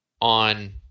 on